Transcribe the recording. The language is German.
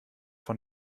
von